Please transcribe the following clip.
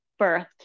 birthed